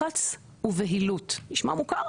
לחץ, ובהילות" נשמע מוכר?